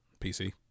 PC